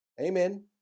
Amen